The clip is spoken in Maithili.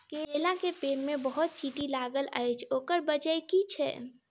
केला केँ पेड़ मे बहुत चींटी लागल अछि, ओकर बजय की छै?